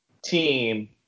Team